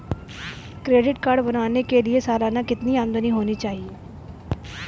Credit card बनाने के लिए सालाना कितनी आमदनी होनी चाहिए?